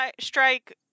Strike